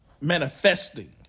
Manifesting